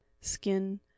skin